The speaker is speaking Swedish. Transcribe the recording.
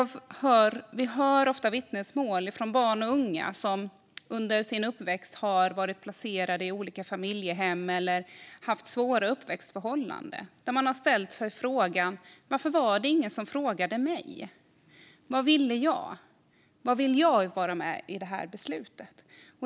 Vi hör ofta vittnesmål från barn och unga som under sin uppväxt varit placerade i olika familjehem eller haft svåra uppväxtförhållanden och som frågar sig: Varför var det ingen som frågade mig vad jag ville? Varför fick inte jag vara med vid det här beslutet?